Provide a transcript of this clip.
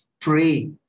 Pray